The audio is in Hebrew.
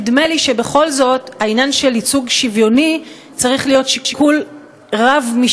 נדמה לי שבכל זאת העניין של ייצוג שוויוני צריך להיות שיקול רב-משקל,